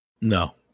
no